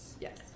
Yes